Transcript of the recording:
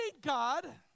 God